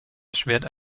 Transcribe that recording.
erschwert